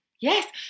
Yes